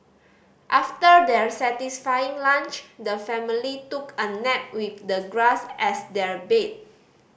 after their satisfying lunch the family took a nap with the grass as their bed